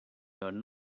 heard